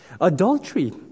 Adultery